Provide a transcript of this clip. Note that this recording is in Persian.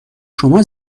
شما